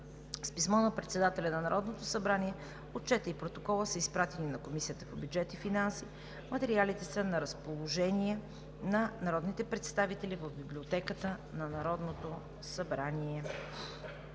С писмо на председателя на Народното събрание Отчетът и Протоколът са изпратени на Комисията по бюджет и финанси. Материалите са на разположение на народните представители в Библиотеката на Народното събрание.